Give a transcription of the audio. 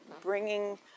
bringing